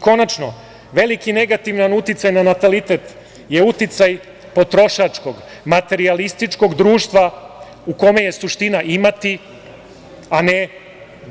Konačno, veliki negativni uticaj na natalitet je uticaj potrošačkog, materijalističkog društva u kome je suština imati, a ne